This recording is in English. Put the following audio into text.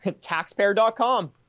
Taxpayer.com